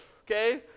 okay